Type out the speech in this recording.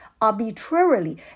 arbitrarily